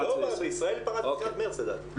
בישראל פרץ לקראת מרץ, לדעתי.